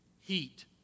heat